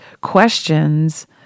questions